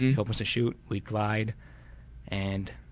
he opens the chute, we glide and